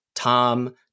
Tom